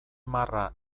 marra